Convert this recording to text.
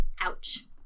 Ouch